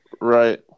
Right